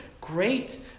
great